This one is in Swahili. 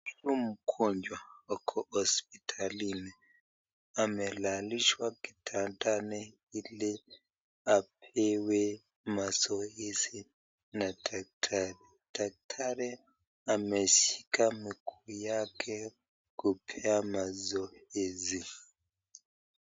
Huyu mgonjwa ako hospitalini, amelalishwa kitandani ili apewe mazoezi na daktari. Daktari ameshika mguu yake kupea mazoezi.